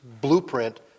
blueprint